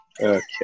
Okay